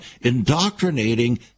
indoctrinating